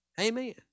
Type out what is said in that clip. amen